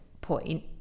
point